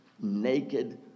naked